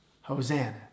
Hosanna